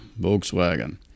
Volkswagen